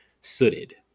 sooted